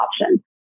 options